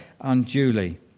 unduly